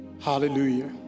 Hallelujah